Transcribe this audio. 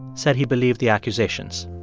said he believed the accusations.